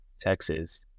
Texas